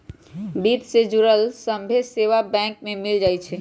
वित्त से जुड़ल सभ्भे सेवा बैंक में मिल जाई छई